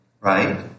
right